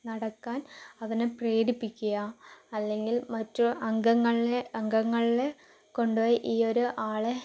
നടക്കാൻ അവരെ പ്രേരിപ്പിക്കുക അല്ലെങ്കിൽ മറ്റു അംഗങ്ങളെ അംഗങ്ങളെ കൊണ്ട് ഈ ഒരു ആളെ